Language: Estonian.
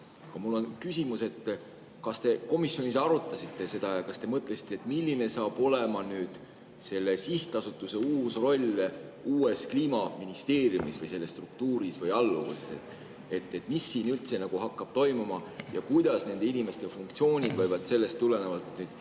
Mul on küsimus: kas te komisjonis arutasite seda ja kas te mõtlesite, milline saab olema selle sihtasutuse uus roll uues Kliimaministeeriumis või selle struktuuris või alluvuses? Mis siin üldse hakkab toimuma ja kuidas nende inimeste funktsioonid võivad sellest tulenevalt